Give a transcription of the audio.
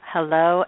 Hello